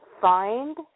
find